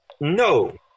No